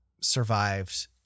survived